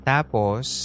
Tapos